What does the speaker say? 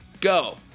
go